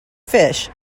fish